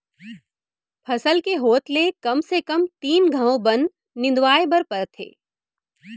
फसल के होत ले कम से कम तीन घंव बन निंदवाए बर परथे